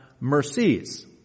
mercies